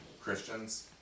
Christians